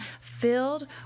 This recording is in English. filled